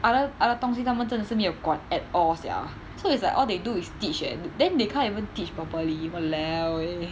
other other 东西他们真的是没有管 at all sia so it's like all they do is teach eh then they can't even teach properly !walao! eh